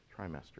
trimester